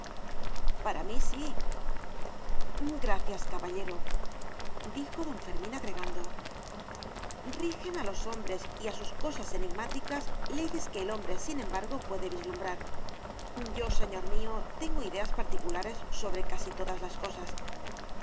para mí sí gracias caballerodijo don fermín agregando rigen a los hombres y a sus cosas enigmáticas leyes que el hombre sin embargo puede vislumbrar yo señor mío tengo ideas particulares sobre casi todas las cosas